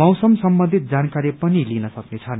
मौसम सम्बन्धी जानकारी पनि लिन सक्नेछन्